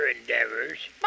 endeavors